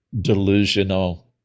delusional